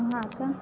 हा का